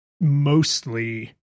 mostly